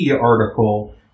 article